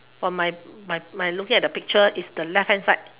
for my my my looking at the picture it's the left hand side